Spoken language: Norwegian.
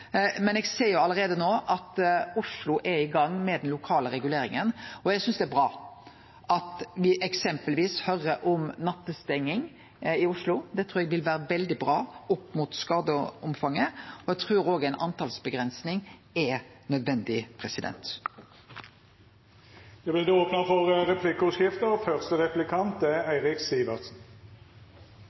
Eg ser allereie no at Oslo er i gang med den lokale reguleringa, og eg synest det er bra at me eksempelvis høyrer om nattestenging i Oslo. Det trur eg vil vere veldig bra med tanke på skadeomfanget, og eg trur òg ei antalavgrensing er nødvendig.